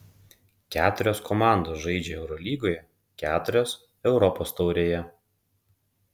keturios komandos žaidžia eurolygoje keturios europos taurėje